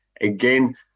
again